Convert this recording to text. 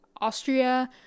Austria